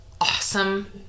awesome